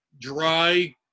dry